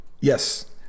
Yes